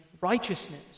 righteousness